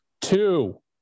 Two